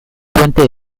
puente